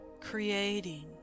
creating